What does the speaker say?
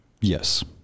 Yes